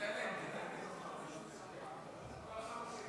חבר הכנסת